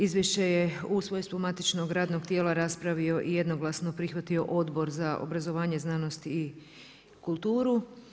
Izvješće je u svojem stu matičnog radnog tijela raspravio i jednoglasno prihvatio Odbor za obrazovanje, znanost i kulturu.